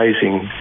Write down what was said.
amazing